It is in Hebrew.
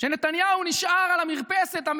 שנתניהו נשאר על המרפסת.